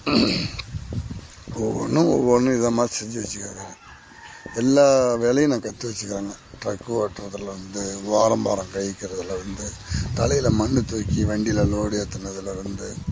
ஒவ்வொன்றும் ஒவ்வொன்றும் இதை மாதிரி செஞ்சு வெச்சுருக்கேங்க எல்லா வேலையும் நான் கற்று வெச்சுருக்கறேங்க ட்ரக்கு ஓட்டுறதுல இருந்து வாழைமரம் கழிக்கிறதில் இருந்து தலையில் மண்ணு தூக்கி வண்டியில் லோடு ஏற்றுனதுல இருந்து